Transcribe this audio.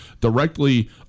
directly